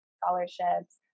scholarships